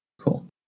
Cool